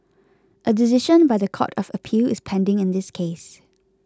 a decision by the Court of Appeal is pending in this case